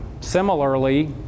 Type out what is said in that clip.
Similarly